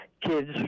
kids